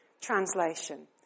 translation